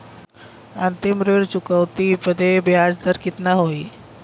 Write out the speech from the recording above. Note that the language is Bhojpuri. अंतिम ऋण चुकौती बदे ब्याज दर कितना होई?